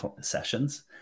sessions